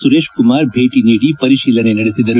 ಸುರೇಶ್ ಕುಮಾರ್ ಭೇಟಿ ನೀಡಿ ಪರಿಶೀಲನೆ ನಡೆಸಿದರು